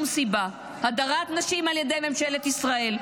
--- הדרת נשים על ידי ממשלת ישראל.